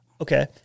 Okay